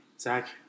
Zach